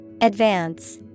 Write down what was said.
Advance